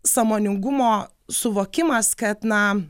sąmoningumo suvokimas kad na